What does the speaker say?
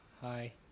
hi